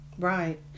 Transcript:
Right